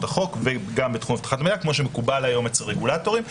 החוק וגם בתחום אבטחת מידע כפי שמקובל היום אצל רגולטורים.